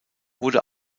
wurde